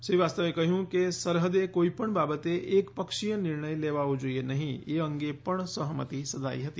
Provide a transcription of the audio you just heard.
શ્રી વાસ્તવે કહ્યું કે સરહદે કોઈપણ બાબતે એકપક્ષીય નિર્ણય લેવાવો જોઈએ નહીં એ અંગે પણ સહમતી સઘાઈ હતી